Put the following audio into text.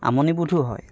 আমনিবোধো হয়